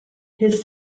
his